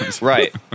Right